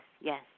Yes